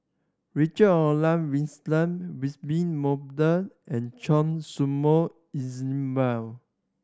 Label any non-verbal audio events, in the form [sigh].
Richard Olaf Winstedt [unintelligible] Wolter and Choy Su Moi [unintelligible]